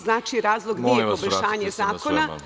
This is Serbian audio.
Znači, razlog nije poboljšanje zakona…